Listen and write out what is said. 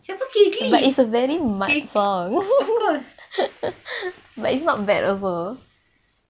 siapa K clique K cli~ of course